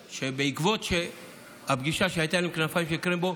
בעקבות הפגישה שהייתה לי עם כנפיים של קרמבו,